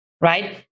right